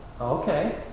Okay